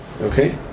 Okay